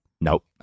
Nope